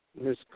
Miss